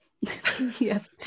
Yes